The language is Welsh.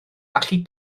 allu